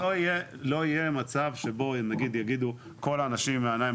לא יהיה מצב שבו נגיד יגידו כל האנשים עם העיניים